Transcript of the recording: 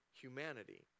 humanity